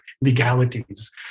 legalities